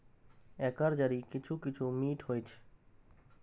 एकर जड़ि किछु किछु मीठ होइ छै